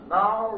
now